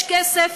יש כסף,